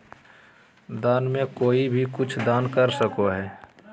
दान में कोई भी कुछु दान कर सको हइ